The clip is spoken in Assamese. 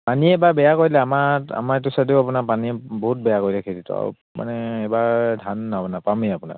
পানীয়ে এবাৰ বেয়া কৰিলে আমাৰ আমাৰ এইটো চাইডেও আপোনাৰ পানী বহুত বেয়া কৰিলে খেতিটো আৰু মানে এইবাৰ ধান নেপামে আপোনাৰ